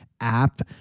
app